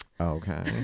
Okay